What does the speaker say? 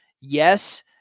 Yes